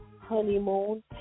honeymoon